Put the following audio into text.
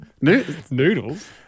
noodles